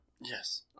Yes